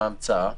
מה ההמצאה?